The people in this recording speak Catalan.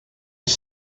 els